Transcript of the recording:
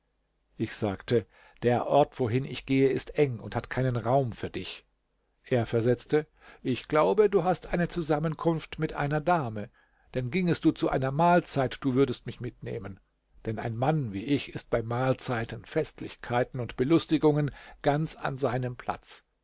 ich sagte der ort wohin ich gehe ist eng und hat keinen raum für dich er versetzte ich glaube du hast eine zusammenkunft mit einer dame denn gingest du zu einer mahlzeit du würdest mich mitnehmen denn ein mann wie ich ist bei mahlzeiten festlichkeiten und belustigungen ganz an seinem platz